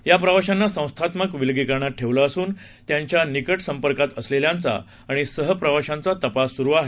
या प्रवाशांना संस्थात्मक विलगीकरणात ठेवलं असून त्यांच्या निकट संपर्कात आलेल्यांचा आणि सह प्रवाशांचा तपास सुरु आहे